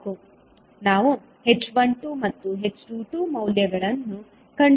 ನಾವು h12 ಮತ್ತು h22ಮೌಲ್ಯಗಳನ್ನು ಕಂಡುಹಿಡಿಯಬೇಕು